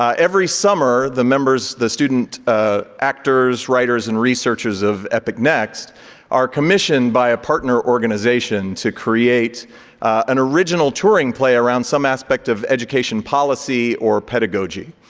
every summer, the members, the student ah actors, writers and researchers of epic next are commissioned by a partner organization to create an original touring play around some aspect of education policy or pedagogy.